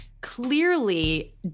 clearly